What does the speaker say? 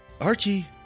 Archie